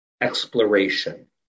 exploration